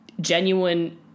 genuine